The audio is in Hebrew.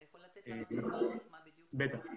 אתה יכול לתת לנו פירוט, מה בדיוק --- בוודאי.